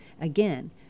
Again